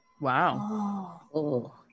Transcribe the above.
Wow